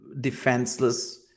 defenseless